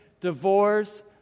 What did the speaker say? Divorce